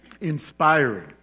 Inspiring